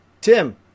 Tim